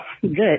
good